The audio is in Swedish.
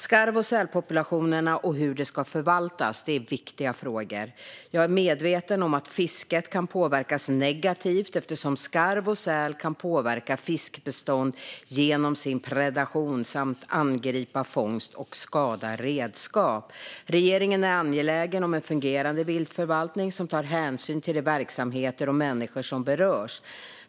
Skarv och sälpopulationerna och hur de ska förvaltas är viktiga frågor. Jag är medveten om att fisket kan påverkas negativt eftersom skarv och säl kan påverka fiskbestånd genom sin predation samt angripa fångst och skada redskap. Regeringen är angelägen om en fungerande viltförvaltning som tar hänsyn till de verksamheter och människor som berörs.